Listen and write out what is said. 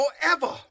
forever